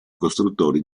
costruttori